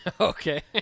Okay